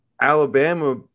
Alabama